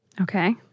Okay